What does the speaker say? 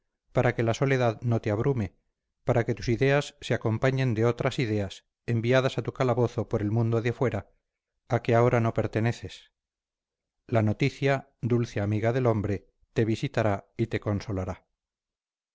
para que la soledad no te abrume para que tus ideas se acompañen de otras ideas enviadas a tu calabozo por el mundo de fuera a que ahora no perteneces la noticia dulce amiga del hombre te visitará y te consolará